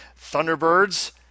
Thunderbirds